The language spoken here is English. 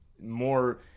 more